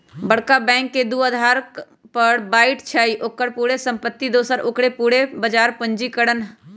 बरका बैंक के दू अधार पर बाटइ छइ, ओकर पूरे संपत्ति दोसर ओकर पूरे बजार पूंजीकरण